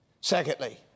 Secondly